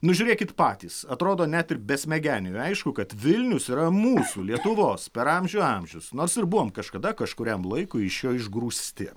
nu žiūrėkit patys atrodo net ir besmegeniui aišku kad vilnius yra mūsų lietuvos per amžių amžius nors ir buvom kažkada kažkuriam laikui iš jo išgrūsti